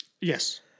Yes